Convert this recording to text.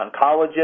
oncologist